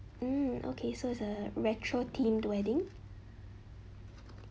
hmm okay so it's a retro themed wedding